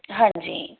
ਹਾਂਜੀ